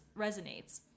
resonates